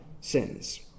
sins